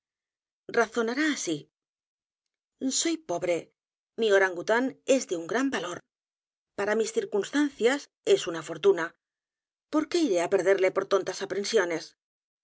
a n g u t á n es de un g r a n valor para mis circunstancias es una fortuna p o r qué i r é á perderle por tontas aprensiones